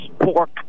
pork